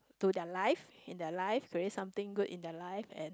to their life in their life doing something good in their life and